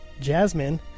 jasmine